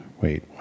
Wait